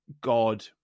god